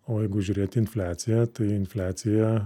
o jeigu žiūrėt į infliaciją tai infliacija